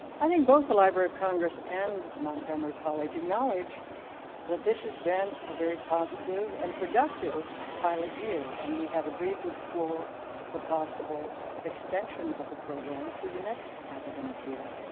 i think both the library of congress and montgomery college acknowledge that this has been a very positive and productive pilot year and we have agreed to explore the possible extension of the program through the next academic year.